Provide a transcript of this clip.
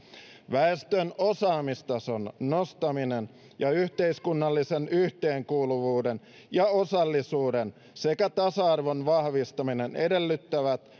väestön osaamistason nostaminen ja yhteiskunnallisen yhteenkuuluvuuden ja osallisuuden sekä tasa arvon vahvistaminen edellyttävät